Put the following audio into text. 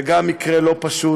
וגם זה מקרה לא פשוט.